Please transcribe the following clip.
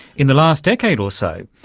in the last decade or so,